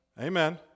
Amen